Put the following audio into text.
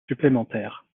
supplémentaires